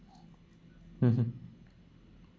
mmhmm